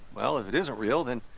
well, if it isn't real then,